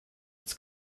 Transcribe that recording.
its